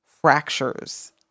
fractures